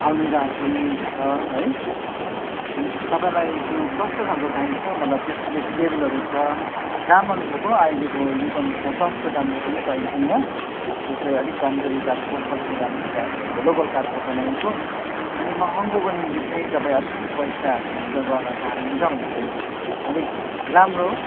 आलमिराहरू पनि छ है अन्त तपाईँलाई त्यो कस्तो खालको चाहिन्छ मतलब त्यसको चाहिँ टेबलहरू छ दामअनुसारको अहिलेको युगअनुसारको सस्तो दामको पनि पाइन्छ यहाँ जो चाहिँ अलिक कमजोरी काठको सस्तो दामको काठहरूको लोकल काठको बनाइएको अनि महँगोको निम्ति चाहिँ तपाईँ अलिकति पैसा खर्च गर्न चाहनु हुन्छ भने चाहिँ अलिक राम्रो